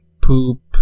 poop